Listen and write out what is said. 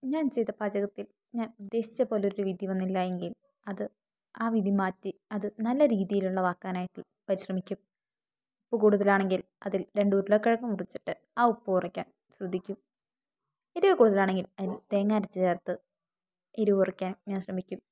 ഞാൻ ചെയ്ത പാചകത്തിൽ ഞാൻ ഉദ്ദേശിച്ചതുപോലൊരു വിധി വന്നില്ല എങ്കിൽ അത് ആ വിധി മാറ്റി അത് നല്ല രീതിയിലുള്ളതാക്കാനായിട്ട് പരിശ്രമിക്കും ഉപ്പ് കൂടുതലാണെങ്കിൽ അതിൽ രണ്ട് ഉരുളക്കിഴങ്ങ് മുറിച്ചിട്ട് ആ ഉപ്പ് കുറയ്ക്കാൻ ശ്രദ്ധിക്കും എരിവു കൂടുതലാണെങ്കിൽ അതിൽ തേങ്ങ അരച്ചുചേർത്ത് എരിവ് കുറയ്ക്കാൻ ഞാൻ ശ്രമിക്കും